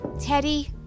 Teddy